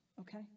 okay